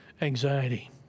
anxiety